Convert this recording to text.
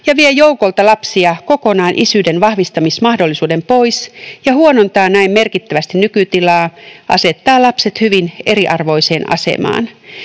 ja vie joukolta lapsia kokonaan isyyden vahvistamismahdollisuuden pois ja huonontaa näin merkittävästi nykytilaa, asettaa lapset hyvin eriarvoiseen asemaan.